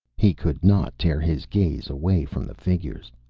he could not tear his gaze away from the figures.